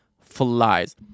flies